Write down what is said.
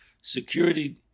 security